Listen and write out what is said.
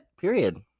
Period